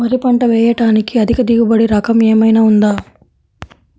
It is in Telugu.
వరి పంట వేయటానికి అధిక దిగుబడి రకం ఏమయినా ఉందా?